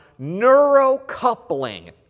neurocoupling